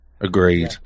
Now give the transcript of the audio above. Agreed